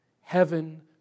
Heaven